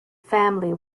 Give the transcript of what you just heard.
family